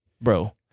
bro